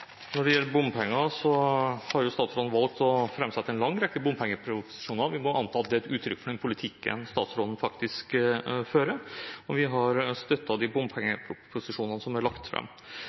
Når det gjelder bompenger, har statsråden valgt å framsette en lang rekke bompengeproposisjoner. Vi må anta at det er et uttrykk for den politikken statsråden faktisk fører. Vi har støttet de bompengeproposisjonene som er lagt fram.